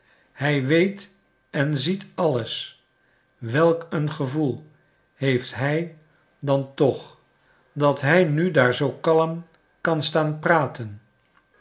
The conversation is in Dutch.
hij weet en ziet alles welk een gevoel heeft hij dan toch dat hij nu daar zoo kalm kan staan praten